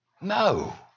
No